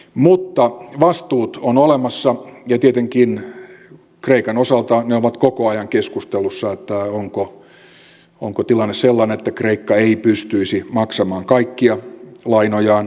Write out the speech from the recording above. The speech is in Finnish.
mutta vastuut ovat olemassa ja tietenkin kreikan osalta ne ovat koko ajan keskustelussa että onko tilanne sellainen että kreikka ei pystyisi maksamaan kaikkia lainojaan